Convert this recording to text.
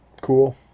cool